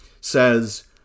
Says